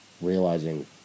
realizing